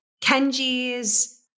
Kenji's